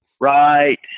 right